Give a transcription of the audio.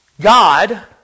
God